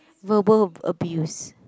verbal abuse